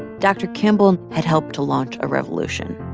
dr. campbell had helped to launch a revolution.